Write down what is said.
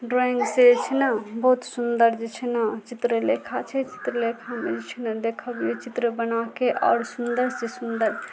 drawing से जे छै ने बहुत सुन्दर जे छै ने चित्र लेखा छै चित्र लेखामे जे छै ने देख लियऽ चित्र बनाके आओर सुन्दर से सुन्दर